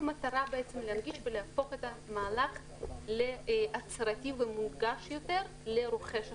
במטרה להנגיש ולעשות את המהלך להצהרתי ומונגש יותר לרוכש הסופי.